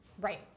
Right